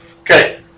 Okay